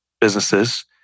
businesses